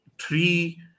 three